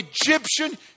Egyptian